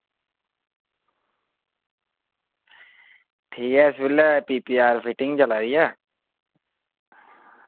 ठीक ऐ इस बेल्लै पीपीआर फिटिंग चला दी ऐ